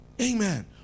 Amen